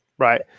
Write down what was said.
Right